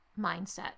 mindset